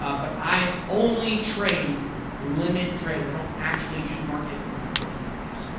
ah but i only trade limit trades. i don't actually use market for my personal use.